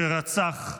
שרצח,